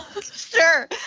Sure